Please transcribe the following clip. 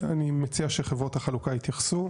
אני מציע שחברות החלוקה יתייחסו.